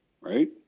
right